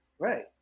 Right